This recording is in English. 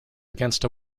against